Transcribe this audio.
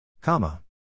Comma